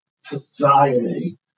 society